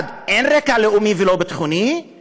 אין רקע לאומי ולא ביטחוני,